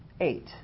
Eight